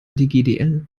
hdgdl